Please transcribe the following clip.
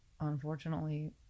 unfortunately